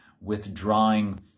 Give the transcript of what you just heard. withdrawing